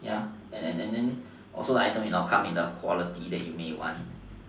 ya and then and then also like the item can't be the quality that you want